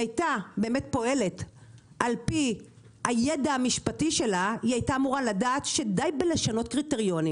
לא זכאי על פי הקריטריונים לדיור ציבורי,